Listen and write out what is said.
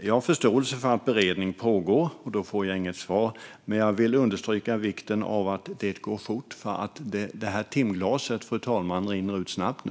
Jag har förståelse för att beredning pågår och att jag då inte kan få svar. Men jag vill ändå understryka vikten av att det går fort, för timglaset rinner ut snabbt nu.